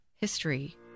history